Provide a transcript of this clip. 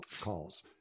calls